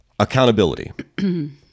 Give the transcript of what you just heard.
Accountability